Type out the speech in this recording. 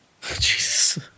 Jesus –